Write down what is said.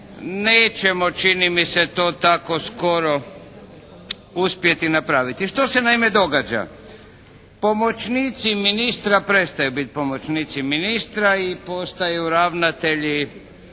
nećemo čini mi se to tako skoro uspjeti napraviti. Što se naime događa? Pomoćnici ministra prestaju biti pomoćnici ministra i postaju ravnatelji